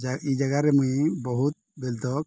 ଏଇ ଜାଗାରେ ମୁଇଁ ବହୁତ ବେଲଦକ୍